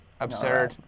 Absurd